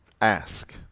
Ask